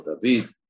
David